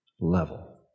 level